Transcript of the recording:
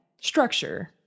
structure